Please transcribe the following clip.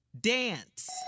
Dance